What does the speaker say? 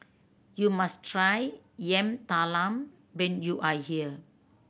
you must try Yam Talam when you are here